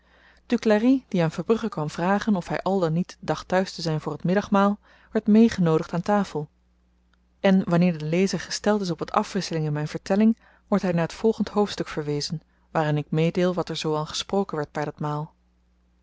duclari die aan verbrugge kwam vragen of hy al dan niet dacht thuis te zyn voor t middagmaal werd meegenoodigd aan tafel en wanneer de lezer gesteld is op wat afwisseling in myn vertelling wordt hy naar t volgend hoofdstuk verwezen waarin ik meedeel wat er zoo al gesproken werd